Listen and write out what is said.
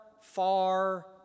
far